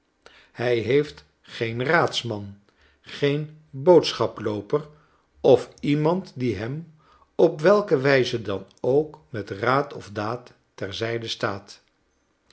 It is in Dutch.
hij heeft geen raadsman geen boodschaplooper of iemand die hem op welke wijze dan ook met raad of daad ter zijde staat